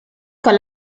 con